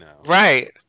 Right